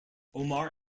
omar